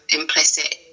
implicit